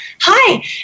Hi